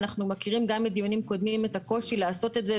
אנחנו מכירים גם מדיונים קודמים את הקושי לעשות את זה,